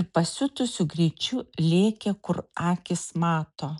ir pasiutusiu greičiu lėkė kur akys mato